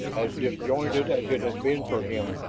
as disjointed as it had been for him,